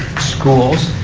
schools.